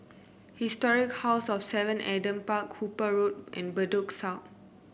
Historic House of Seven Adam Park Hooper Road and Bedok South